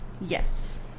Yes